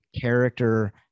character